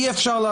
אי אפשר?